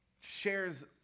shares